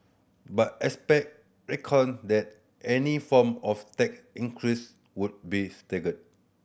but expert reckoned that any form of tax increases would be staggered